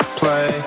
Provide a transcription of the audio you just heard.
play